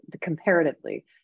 comparatively